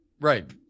right